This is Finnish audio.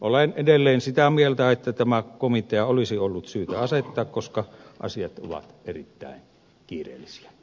olen edelleen sitä mieltä että tämä komitea olisi ollut syytä asettaa koska asiat ovat erittäin kiireellisiä